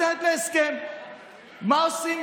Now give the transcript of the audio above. ודרך אגב, אני רוצה לדרג אותם.